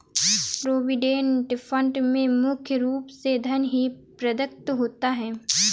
provident fund में मुख्य रूप से धन ही प्रदत्त होता है